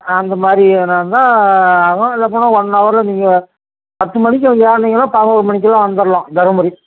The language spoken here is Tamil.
அந்த மாரி எதனா இருந்தால் ஆகும் இல்லப்போனால் ஒன்னவரில் நீங்கள் பத்துமணிக்கு அங்கே ஏறனீங்கன்னா பதினோரு மணிக்கெல்லாம் வந்துரலாம் தருமபுரி